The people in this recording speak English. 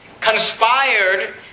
conspired